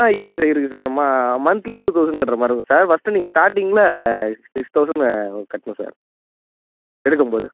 ஆ இருக்குது சார் இருக்குது சார் ம மந்த்லி டூ தௌசண்ட் கட்டுறமாரி இருக்கும் சார் ஃபஸ்ட்டு நீங்கள் ஸ்டார்ட்டிங்கில் சிக்ஸ் தௌசண்ட் கட்டணும் சார் எடுக்கும்போது